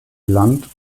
land